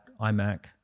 iMac